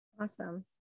Awesome